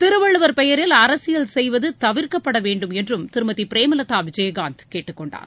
திருவள்ளுவர் பெயரில் அரசியல் செய்வது தவிர்க்கப்படவேண்டும் என்றும் திருமதி பிரேமலதா விஜயகாந்த் கேட்டுக்கொண்டார்